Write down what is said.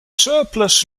surplus